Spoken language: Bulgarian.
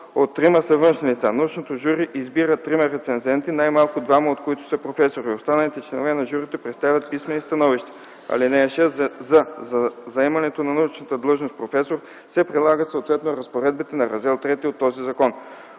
от трима са външни лица. (5) Научното жури избира трима рецензенти, най-малко двама от които са професори. Останалите членове на журито представят писмени становища. (6) За заемането на научната длъжност „професор” се прилагат съответно разпоредбите на Раздел ІІІ от този закон.”